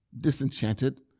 disenchanted